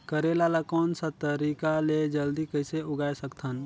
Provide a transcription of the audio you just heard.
करेला ला कोन सा तरीका ले जल्दी कइसे उगाय सकथन?